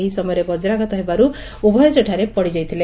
ଏହି ସମୟରେ ବକ୍ରାଘାତ ହେବାରୁ ଉଭୟ ସେଠାରେ ପଡିଯାଇଥିଲେ